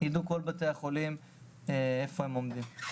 יידעו כל בתי החולים איפה הם עומדים.